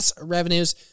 revenues